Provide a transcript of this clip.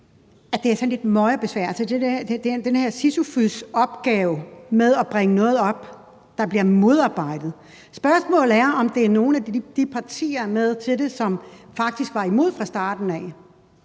det er sådan lidt med møje og besvær, altså den her sisyfosopgave med at bringe noget op, der bliver modarbejdet? Spørgsmålet er, om nogle af de partier, som faktisk var imod fra starten af,